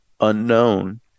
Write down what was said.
unknown